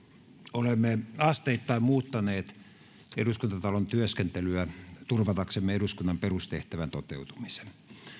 olemme asteittain muuttaneet eduskuntatalon työskentelyä turvataksemme eduskunnan perustehtävän toteutumisen